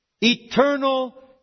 Eternal